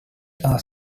are